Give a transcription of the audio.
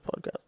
podcast